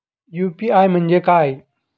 UPI म्हणजे काय?